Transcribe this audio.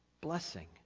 blessing